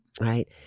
right